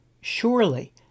Surely